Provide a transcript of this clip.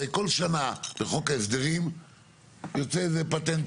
הרי בכל שנה בחוק ההסדרים יוצא איזה פטנט